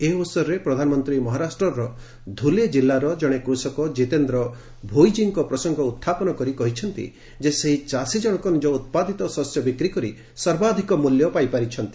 ଏହି ଅବସରରେ ପ୍ରଧାନମନ୍ତ୍ରୀ 'ମହାରାଷ୍ଟ୍ରର ଧୁଲେ' ଜିଲ୍ଲାର ଜଣେ କୃଷକ କିତେନ୍ଦ୍ର ଭୋଇଜୀଙ୍କ ପ୍ରସଙ୍ଗ ଉତ୍ଥାପନ କରି କହିଛନ୍ତି ଯେ ସେହି ଚାଷୀ ଜଣକ ନିଜ ଉତ୍ପାଦିତ ଶସ୍ୟ ବିକ୍ରି କରି ସର୍ବାଧିକ ମୂଲ୍ୟ ପାଇପାରିଛନ୍ତି